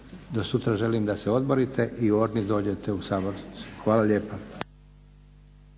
Do sutra želim da se odmorite i orni dođete u Sabor. Hvala lijepa.